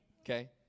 okay